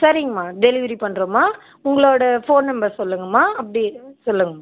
சரிங்கம்மா டெலிவரி பண்ணுறோம்மா உங்களோட ஃபோன் நம்பர் சொல்லுங்கம்மா அப்டே சொல்லுங்கள்